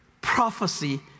prophecy